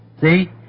See